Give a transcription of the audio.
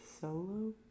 Solo